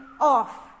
off